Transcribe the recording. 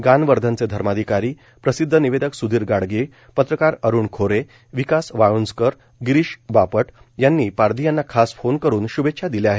गानवर्धनचे धर्माधिकारी प्रसिद्ध निवेदक सुधीर गाडगीळ पत्रकार अरुण खोरे विकास वाळुंजकर गिरीश बापट यांनी पारधी यांना खास फोन करून श्भेच्छा दिल्या आहेत